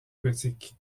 gothique